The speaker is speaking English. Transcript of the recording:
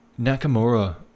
Nakamura